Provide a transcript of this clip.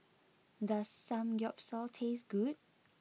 does Samgeyopsal taste good